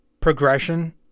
progression